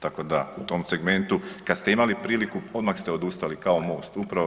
Tako da, u tom segmentu kad ste imali priliku, odmah ste odustali kao Most, upravo vi.